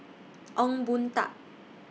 Ong Boon Tat